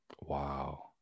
Wow